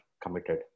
committed